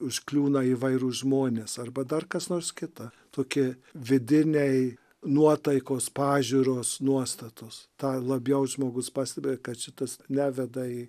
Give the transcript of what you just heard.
užkliūna įvairūs žmonės arba dar kas nors kita tokie vidiniai nuotaikos pažiūros nuostatos tą labiau žmogus pastebi kad šitas neveda į